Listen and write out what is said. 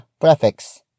prefix